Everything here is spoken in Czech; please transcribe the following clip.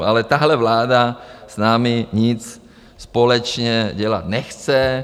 Ale tahle vláda s námi nic společně dělat nechce.